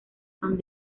son